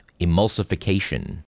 emulsification